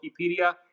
Wikipedia